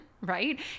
Right